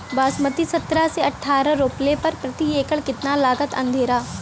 बासमती सत्रह से अठारह रोपले पर प्रति एकड़ कितना लागत अंधेरा?